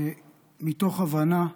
מתוך הבנה,